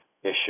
Issue